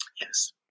Yes